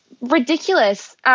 ridiculous